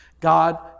God